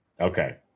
Okay